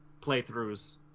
playthroughs